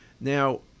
Now